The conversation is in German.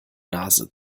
nase